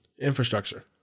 infrastructure